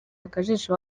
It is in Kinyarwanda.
akajisho